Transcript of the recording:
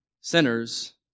sinners